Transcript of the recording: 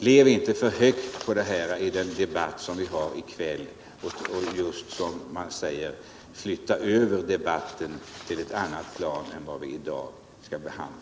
Lev inte för högt på detta i den debatt som vi har i kväll och flytta inte över debatten till ett annat plan än det som vi i dag skall behandla!